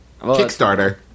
Kickstarter